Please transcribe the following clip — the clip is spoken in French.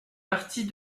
partie